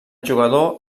jugador